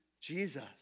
Jesus